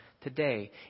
today